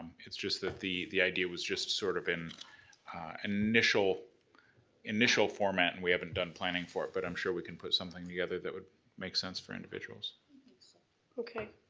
it's just that the the idea was just sort of an initial initial format and we haven't done planning for it, but i'm sure we can put something together that would make sense for individuals. i